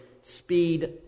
speed